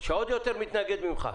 שעוד יותר מתנגד ממך.